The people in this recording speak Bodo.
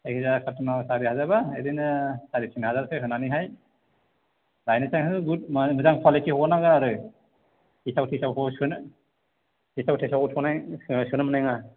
जायखिजाया कारथुनाव सारि हाजारबा बिदिनो साराय थिन हाजारसो होनानैहाय लायनोसै हो गुड माबा मोजां कुवालिथिखौ हरनांगोन आरो गेसाव थेसावखौ सोनो गेसाव थेसावखौ सोनो मोननाय नङा